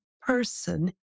person